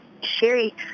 Sherry